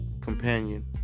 companion